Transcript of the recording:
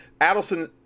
Adelson